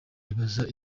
bibazaga